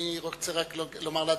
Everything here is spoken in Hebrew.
אני רוצה רק לומר לאדוני,